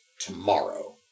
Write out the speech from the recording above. tomorrow